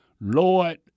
Lord